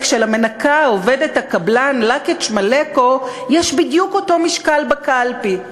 של המנקה או עובדת הקבלן לקץ' מלקו יש בדיוק אותו משקל בקלפי.